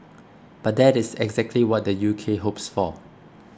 but that is exactly what the U K hopes for